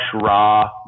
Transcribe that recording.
raw